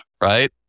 right